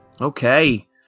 okay